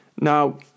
Now